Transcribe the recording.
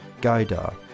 Gaidar